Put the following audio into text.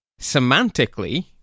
Semantically